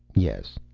yes.